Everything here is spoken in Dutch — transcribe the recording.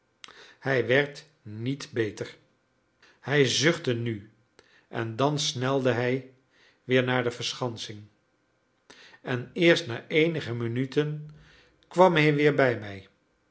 hij werd niet beter hij zuchtte en nu en dan snelde hij weer naar de verschansing en eerst na eenige minuten kwam hij weer bij mij